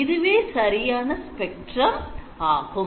இதுவே சரியான spectrum ஆகும்